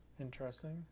Interesting